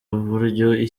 buryo